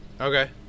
Okay